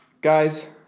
Guys